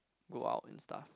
go out and stuff